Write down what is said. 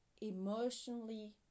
emotionally